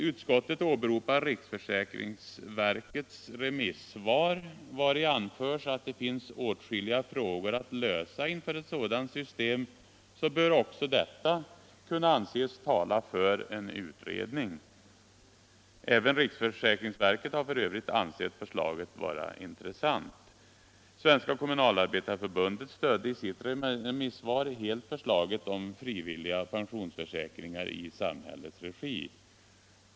Utskottet åberopar riksförsäkringsverkets remissvar, vari anföres att det finns åtskilliga frågor att lösa inför ett sådant system. Detta bör också kunna anses tala för en utredning. Även riksförsäkringsverket har f. ö. ansett förslaget vara intressant. Svenska kommunalarbetareförbundet stödde i sitt remissvar helt förslaget om frivilliga pensionsförsäkringar i samhällets regi.